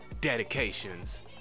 dedications